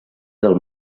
del